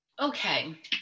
Okay